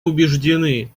убеждены